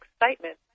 excitement